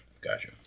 Gotcha